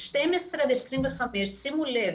12 עד 25. שימו לב,